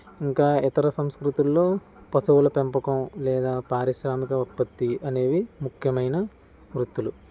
ఇంకా ఇతర సంస్కృతుల్లో పశువుల పెంపకం లేదా పారిశ్రామిక ఉత్పత్తి అనేవి ముఖ్యమైన వృత్తులు